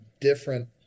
different